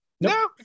No